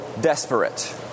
desperate